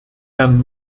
herrn